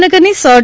ભાવનગરની સર